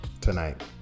tonight